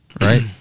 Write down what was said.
Right